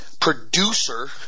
producer